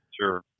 Sure